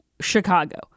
Chicago